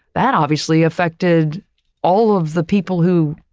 that obviously affected all of the people who,